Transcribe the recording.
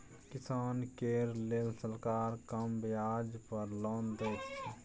किसान केर लेल सरकार कम ब्याज पर लोन दैत छै